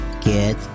get